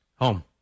Home